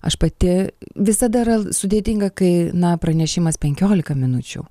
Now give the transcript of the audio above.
aš pati visada yra sudėtinga kai na pranešimas penkiolika minučių